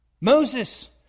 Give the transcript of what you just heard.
Moses